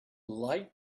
light